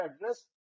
address